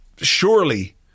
surely